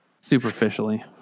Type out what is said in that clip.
superficially